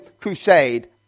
crusade